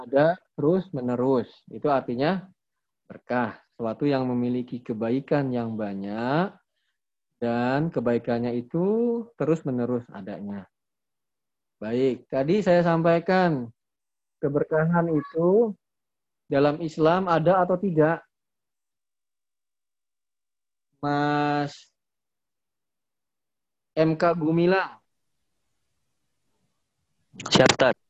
Ada terus-menerus. Itu artinya berkah. Suatu yang memiliki kebaikan yang banyak dan kebaikannya itu terus-menerus adanya. Baik, tadi saya sampaikan keberkahan itu dalam Islam ada atau tidak? Mas M.K. Gumilang. Siap, Ustaz.